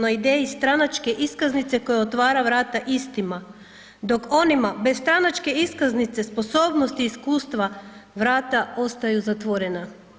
na ideji stranačke iskaznice koja otvara vrata istima, dok onima bez stranačke iskaznice sposobnosti i iskustva vrata ostaju zatvorena.